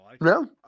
No